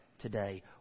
today